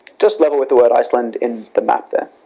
just level with the word iceland in the map there.